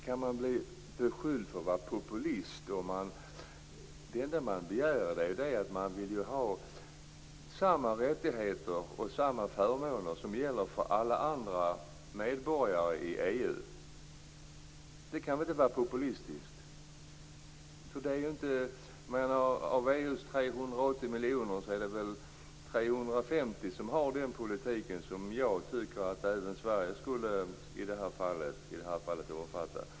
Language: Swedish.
Kan man bli beskylld för att vara populist när det enda man begär är samma rättigheter och samma förmåner som gäller för alla andra medborgare i EU? Det kan väl inte vara populistiskt! Av EU:s 380 miljoner människor är det kanske 350 miljoner som omfattar den politik som jag tycker att även Sverige i det här fallet borde omfatta.